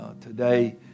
today